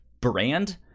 brand